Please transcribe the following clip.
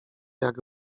jak